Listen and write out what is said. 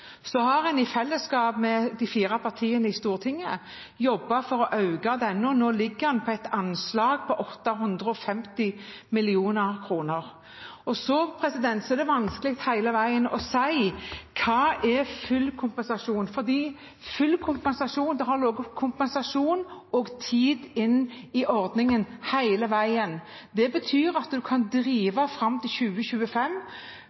Så har en i fellesskap med de fire partiene i Stortinget jobbet for å øke denne, og nå ligger det et anslag på 850 mill. kr. Det er vanskelig å si hva som er full kompensasjon. Det har hele veien ligget kompensasjon og tid i ordningen. Det betyr at man kan